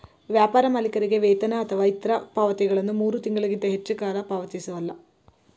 ವ್ಯಾಪಾರ ಮಾಲೀಕರಿಗೆ ವೇತನ ಅಥವಾ ಇತ್ರ ಪಾವತಿಗಳನ್ನ ಮೂರು ತಿಂಗಳಿಗಿಂತ ಹೆಚ್ಚು ಹೆಚ್ಚುಕಾಲ ಪಾವತಿಸಲ್ಲ